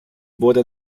wurde